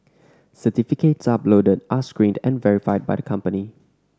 certificates uploaded are screened and verified by the company